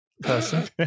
person